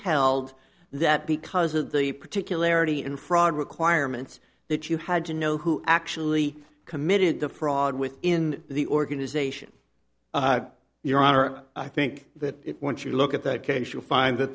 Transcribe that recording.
held that because of the particularities and fraud requirements that you had to know who actually committed the fraud within the organization your honor i think that once you look at that case you'll find th